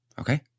okay